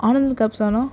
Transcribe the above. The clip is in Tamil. ஆனந்த் கேப்சா அண்ணா